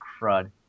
crud